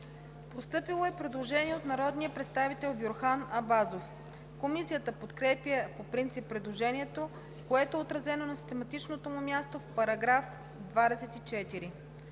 Предложение от народния представител Бюрхан Абазов. Комисията подкрепя по принцип предложението, което е отразено на систематичното му място в § 24.